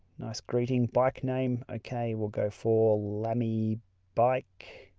nice greeting. bike name. okay. we'll go for lammy bike.